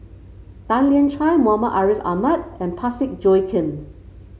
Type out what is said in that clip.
Tan Lian Chye Muhammad Ariff Ahmad and Parsick Joaquim